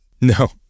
No